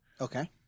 okay